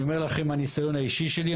אני אומר לכם מהניסיון האישי שלי,